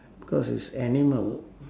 because it's animal